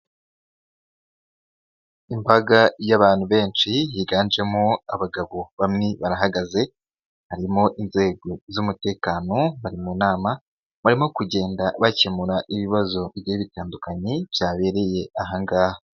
Imbaga y'abantu benshi yiganjemo abagabo bamwe barahagaze, harimo inzego z'umutekano bari mu nama, barimo kugenda bakemura ibibazo bigiye bitandukanye byabereye aha ngaha.